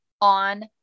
on